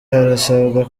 harasabwa